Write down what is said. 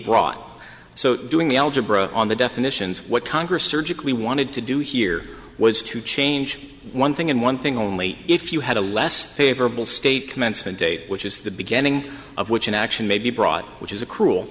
brought up so doing the algebra on the definitions what congress surgically wanted to do here was to change one thing and one thing only if you had a less favorable state commencement day which is the beginning of which an action may be brought which is a cruel